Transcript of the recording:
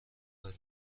کاره